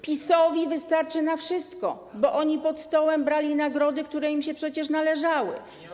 PiS-owi wystarczy na wszystko, bo oni pod stołem brali nagrody, które im się przecież należały.